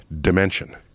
dimension